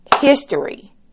history